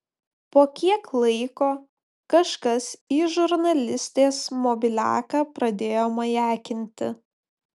po kiek laiko kažkas į žurnalistės mobiliaką pradėjo majakinti